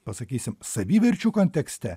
pasakysim saviverčių kontekste